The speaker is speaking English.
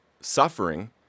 suffering